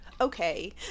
okay